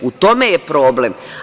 U tome je problem.